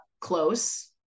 close